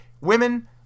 women